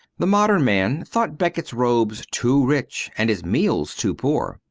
the modern man thought becket's robes too rich and his meals too poor.